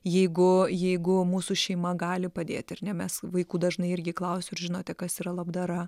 jeigu jeigu mūsų šeima gali padėti ar ne mes vaikų dažnai irgi klausiu ar žinote kas yra labdara